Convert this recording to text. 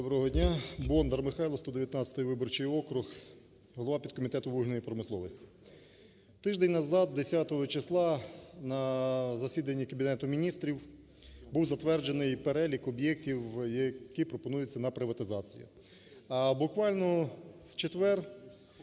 Доброго дня! Бондар Михайло, 119 виборчий округ, голова підкомітету вугільної промисловості. Тиждень назад, 10 числа, на засіданні Кабінету Міністрів був затверджений перелік об'єктів, які пропонуються на приватизацію. А буквально в четвер,